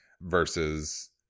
versus